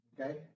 Okay